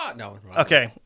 Okay